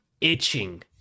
itching